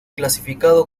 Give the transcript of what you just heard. clasificado